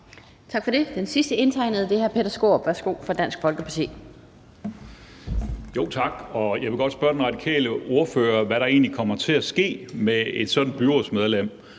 Tak for det. Den sidste indtegnede er hr. Peter Skaarup fra Dansk Folkeparti.